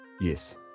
Yes